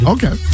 Okay